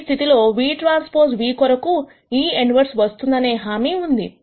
ఈ స్థితిలో vTv కొరకు ఒక ఇన్వెర్సెస్ వస్తుందని అనే హామీ ఉంది